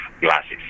glasses